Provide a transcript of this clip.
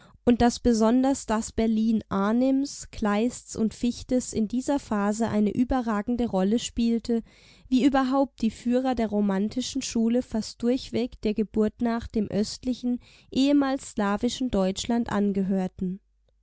und daß besonders das berlin arnims kleists und fichtes in dieser phase eine überragende rolle spielte wie überhaupt die führer der romantischen schule fast durchweg der geburt nach dem östlichen ehemals slawischen deutschland angehörten